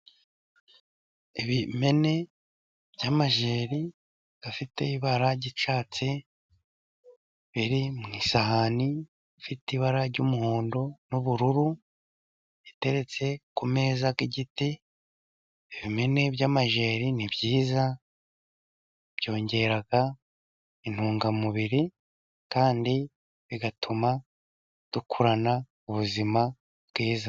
Ibimene by'amajeri bifite ibara ry'icyatsi, biri ku isahani ifite ibara ry'umuhondo n'ubururu, iteretse ku meza y'igiti. Ibimene by'amajeri ni byiza, byongera intungamubiri, kandi bigatuma dukurana ubuzima bwiza.